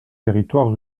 territoires